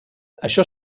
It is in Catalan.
això